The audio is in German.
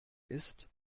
ist